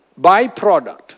byproduct